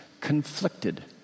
conflicted